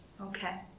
Okay